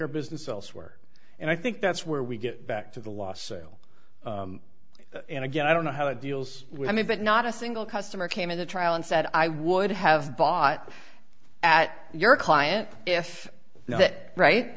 our business elsewhere and i think that's where we get back to the last sale and again i don't know how it deals with me but not a single customer came in the trial and said i would have bought at your client if